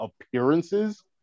appearances